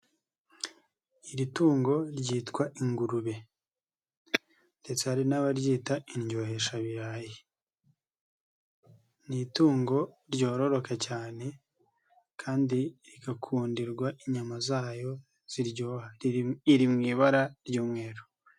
Iri tungo ryitwa ingurube, ndetse hari n'abaryita indyoheshayi. Ni itungo ryororoka cyane kandi igakundirwa inyama zayo ziryoha. Iri mu ibara ry'umweru.